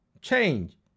Change